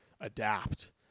adapt